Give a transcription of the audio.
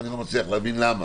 ואני לא מצליח להבין למה.